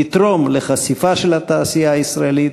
יתרום לחשיפה של התעשייה הישראלית